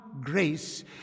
grace